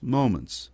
moments